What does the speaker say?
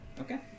Okay